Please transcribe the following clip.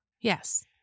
Yes